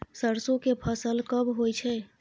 सरसो के फसल कब होय छै?